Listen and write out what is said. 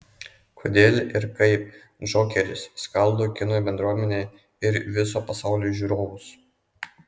kodėl ir kaip džokeris skaldo kino bendruomenę ir viso pasaulio žiūrovus